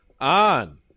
on